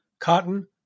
cotton